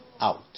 out